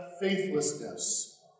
faithlessness